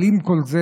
אבל עם כל זה,